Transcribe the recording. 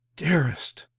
dearest!